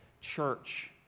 church